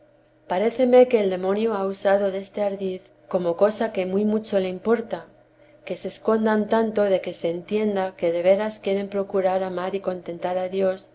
paréceme que el demonio ha usado desté ardid como cosa que muy mucho le importa que se escondan tanto de que se entienda que de veras quieren procurar amar y contentar a dios